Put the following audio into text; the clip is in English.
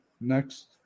next